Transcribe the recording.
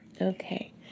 Okay